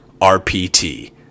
RPT